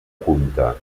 punta